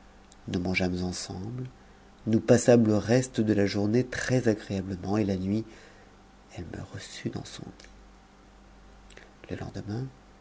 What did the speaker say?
nous mangeâmes ensemble nous passâmes le reste de la journée trèsagréablement et la nuit elle me reçut dans son lit le lendemain